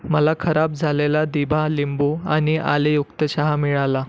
मला खराब झालेला दिभा लिंबू आणि आलेयुक्त चहा मिळाला